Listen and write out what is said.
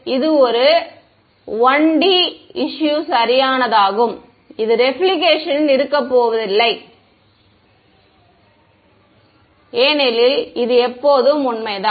இதில் ஒரு 1 D issue சரியானது இதில் ரெபிலெக்ஷன் இருக்கப்போவதில்லை ஏனெனில் இது எப்போதும் உண்மைதான்